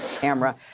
camera